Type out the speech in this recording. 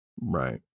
Right